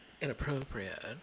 inappropriate